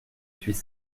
suis